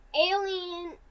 alien